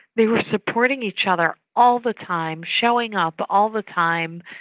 they were supporting each other all the time, showing up all the time,